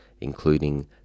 including